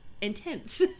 intense